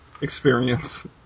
experience